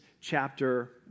chapter